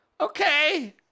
Okay